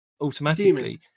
automatically